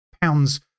pounds